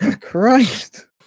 Christ